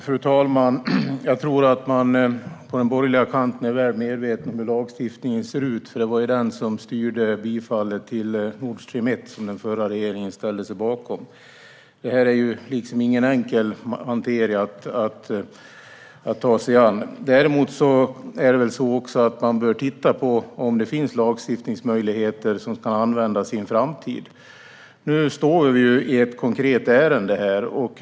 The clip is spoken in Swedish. Fru talman! Jag tror att man på den borgerliga kanten är väl medveten om hur lagstiftningen ser ut. Det var ju den som styrde bifallet till Nord Stream 1 som den förra regeringen ställde sig bakom. Det här är ingen enkel materia att ta sig an. Däremot bör man väl titta på om det finns lagstiftningsmöjligheter som kan användas i en framtid. Nu står vi här med ett konkret ärende.